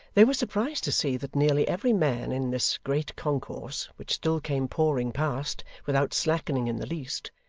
they were surprised to see that nearly every man in this great concourse, which still came pouring past, without slackening in the least,